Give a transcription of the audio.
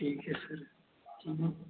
ठीक है सर